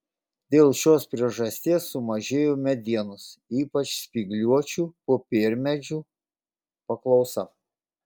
dėl šios priežasties sumažėjo medienos ypač spygliuočių popiermedžių paklausa